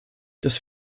das